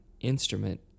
instrument